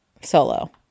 solo